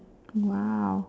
!wow!